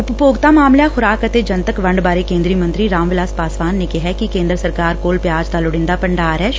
ਉਪਭੋਗਤਾ ਮਾਮਲਿਆਂ ਖੁਰਾਕ ਅਤੇ ਜਨਤਕ ਵੰਡ ਬਾਰੇ ਕੇਂਦਰੀ ਮੰਤਰੀ ਰਾਮ ਵਿਲਾਸ ਪਾਸਵਾਨ ਨੇ ਕਿਹੈ ਕਿ ਕੇਂਦਰ ਸਰਕਾਰ ਕੋਲ ਪਿਆਜ਼ ਦਾ ਲੋੜੀਂਦਾ ਭੰਡਾਰ ਮੌਜੁਦ ਐ